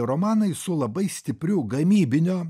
romanai su labai stipriu gamybinio